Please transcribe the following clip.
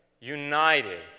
united